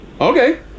Okay